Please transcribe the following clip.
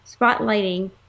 spotlighting